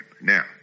Now